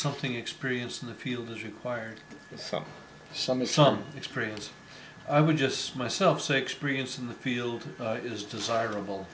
something experienced in the field is required some some is some experience i would just myself say experience in the field it is desirable